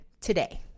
today